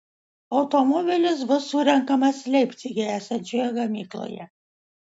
automobilis bus surenkamas leipcige esančioje gamykloje